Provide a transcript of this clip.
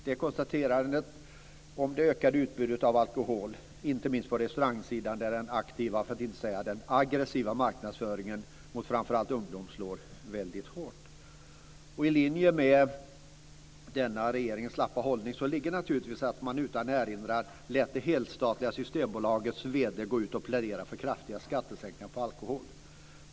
Det gäller inte minst det ökande utbudet av alkohol, inte minst då på restaurangsidan, där den aktiva för att inte säga aggressiva marknadsföringen mot framför allt ungdom slår väldigt hårt. I linje med denna regeringens slappa hållning ligger naturligtvis att man utan erinran lät det helstatliga Systembolagets vd gå ut och plädera för kraftiga skattesänkningar på alkohol.